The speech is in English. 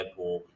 deadpool